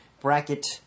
bracket